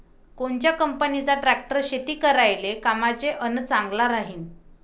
कोनच्या कंपनीचा ट्रॅक्टर शेती करायले कामाचे अन चांगला राहीनं?